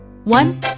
One